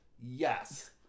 Yes